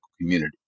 community